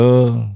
Love